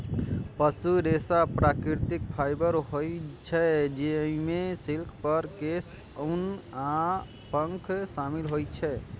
पशु रेशा प्राकृतिक फाइबर होइ छै, जइमे सिल्क, फर, केश, ऊन आ पंख शामिल होइ छै